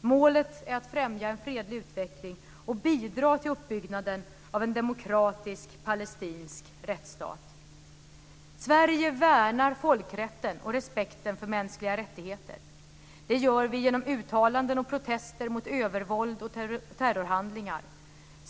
Målet är att främja en fredlig utveckling och bidra till uppbyggnaden av en demokratisk palestinsk rättsstat. Sverige värnar folkrätten och respekten för mänskliga rättigheter. Det gör vi genom uttalanden och protester mot övervåld och terrorhandlingar.